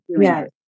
Yes